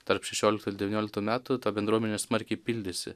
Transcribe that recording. tarp šešioliktų ir devynioliktų metų ta bendruomenė smarkiai pildėsi